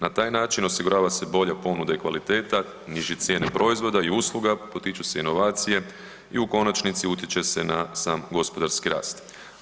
Na taj način osigurava se bolja ponuda i kvaliteta, niže cijene proizvoda i usluga, potiču se inovacije i u konačnici utječe se na sam gospodarski rast.